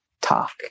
talk